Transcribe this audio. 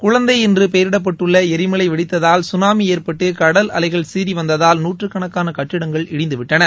குழந்தை என்று பெயரிடப்பட்டுள்ள எரிமலை வெடித்ததால் சுனாமி ஏற்பட்டு கடல் அலைகள் சீறி வந்ததால் நூற்றுக்கணக்கான கட்டிடங்கள் இடிந்துவிட்டன